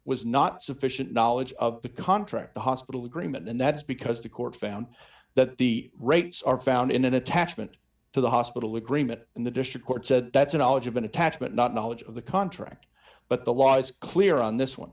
was not sufficient knowledge of the contract the hospital agreement and that's because the court found that the rates are found in an attachment to the hospital agreement and the district court said that's a knowledge of an attachment not knowledge of the contract but the law is clear on this one